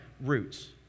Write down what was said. roots